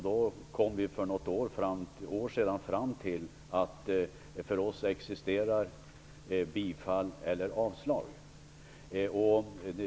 Vi kom för några år sedan fram till att det för oss existerar bifall eller avslag.